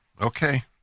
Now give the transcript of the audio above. Okay